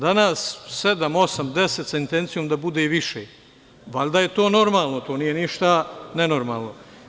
Danas sedam, osam, deset sa intencijom da bude i više, valjda je to normalno, to nije ništa nenormalno.